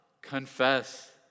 confess